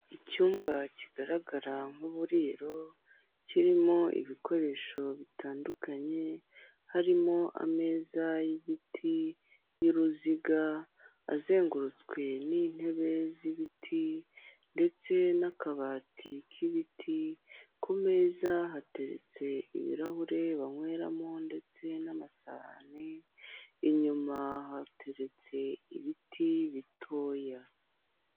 Icyumba kigaragara nk'uburiro, kirimo ibikoresho bitandukanye, harimo ameza y'igiti, y'uruziga, azengurutswe n'intebe z'ibiti ndetse n'akabati k'ibiti, ku meza hateretse ibirahuri banyweramo ndetse n'amasahani, inyuma hateretse ibiti bitoya.